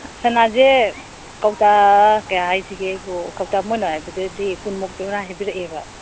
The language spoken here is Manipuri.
ꯁꯅꯥꯁꯦ ꯀꯧꯇꯥ ꯀꯌꯥ ꯍꯥꯏꯁꯤꯒꯦ ꯑꯩꯕꯣ ꯀꯧꯇꯥ ꯃꯣꯏꯅ ꯍꯥꯏꯕꯗꯗꯤ ꯀꯨꯟꯃꯨꯛꯇꯨ ꯉꯔꯥꯡ ꯍꯥꯏꯕꯤꯔꯛꯑꯦꯕ